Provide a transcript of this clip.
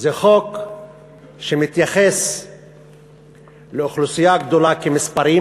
זה חוק שמתייחס לאוכלוסייה גדולה כמספרים.